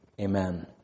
amen